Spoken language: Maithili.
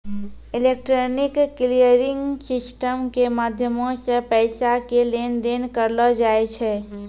इलेक्ट्रॉनिक क्लियरिंग सिस्टम के माध्यमो से पैसा के लेन देन करलो जाय छै